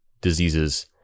diseases